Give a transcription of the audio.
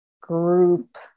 group